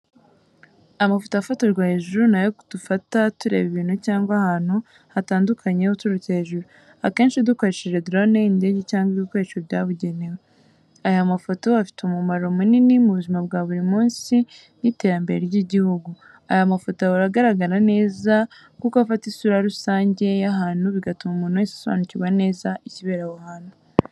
Amafoto afotorwa hejuru ni ayo dufata tureba ibintu cyangwa ahantu hatandukanye uturutse hejuru, akenshi dukoresheje dorone, indege, cyangwa ibikoresho byabugenewe. Aya mafoto afite umumaro munini mu buzima bwa buri munsi n’iterambere ry’igihugu. Aya mafoto ahora agaragara neza kuko afata isura rusange y’ahantu bigatuma umuntu wese asobanukirwa neza ikibera aho hantu.